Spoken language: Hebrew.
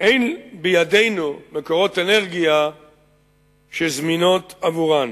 אין בידנו מקורות אנרגיה שזמינים עבורן.